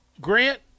Grant